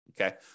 okay